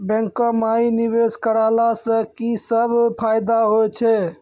बैंको माई निवेश कराला से की सब फ़ायदा हो छै?